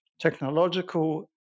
technological